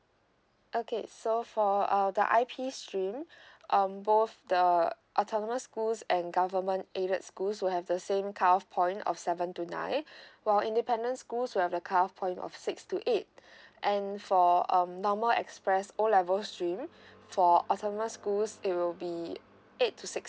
okay so for err the I_P stream um both the autonomous schools and government aided schools will have the same kind of point of seven to nine while independent schools where the cut off point of six to eight and for um normal express O levels stream for autonomous schools it will be eight to six